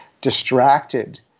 distracted